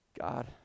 God